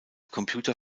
computer